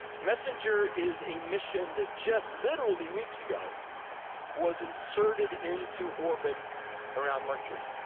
messenger is a mission that just literally weeks ago was inserted into orbit around mercury.